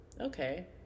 okay